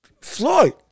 Floyd